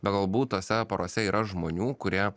bet galbūt tose porose yra žmonių kurie